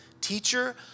Teacher